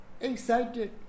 excited